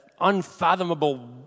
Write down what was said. unfathomable